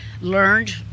learned